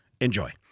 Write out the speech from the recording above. Enjoy